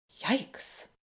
Yikes